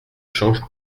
change